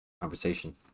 conversation